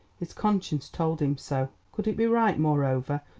his conscience told him so. could it be right, moreover,